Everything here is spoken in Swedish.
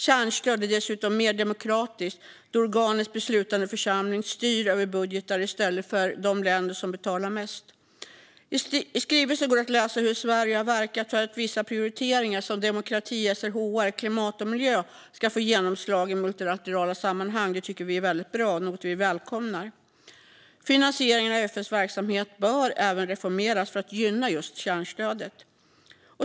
Kärnstöd är dessutom mer demokratiskt då det är organens beslutande församlingar som styr över budgetar i stället för de länder som betalar mest. I skrivelsen kan vi läsa hur Sverige har verkat för att vissa prioriteringar som demokrati, SRHR, klimat och miljö ska få genomslag i multilaterala sammanhang. Det tycker vi är väldigt bra, och vi välkomnar det. Finansieringen av FN:s verksamhet bör även reformeras för att gynna just kärnstödet.